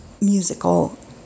musical